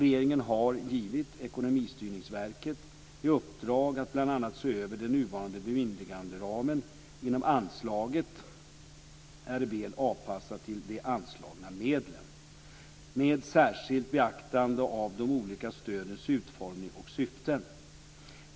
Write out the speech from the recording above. Regeringen har givit Ekonomistyrningsverket, ESV, i uppdrag att bl.a. se över om den nuvarande bemyndiganderamen inom anslaget är väl avpassad till de anslagna medlen, med särskilt beaktande av de olika stödens utformning och syften.